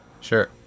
Sure